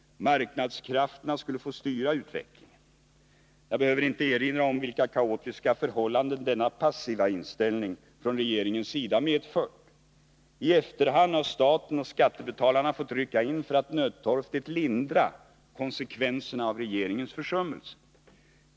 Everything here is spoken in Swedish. Marknadskrafterna skulle få styra utvecklingen. Jag behöver inte erinra om vilka kaotiska förhållanden denna passiva inställning från regeringens sida har medfört. I efterhand har staten och skattebetalarna fått rycka in för att nödtorftigt lindra konsekvenserna av regeringens försummelser.